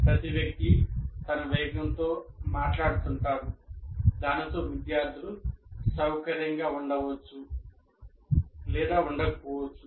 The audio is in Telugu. ప్రతి వ్యక్తి తన వేగంతో మాట్లాడుతుంటాడు దానితో విద్యార్థులు సౌకర్యంగా ఉండవచ్చు లేదా ఉండకపోవచ్చు